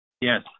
Yes